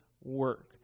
work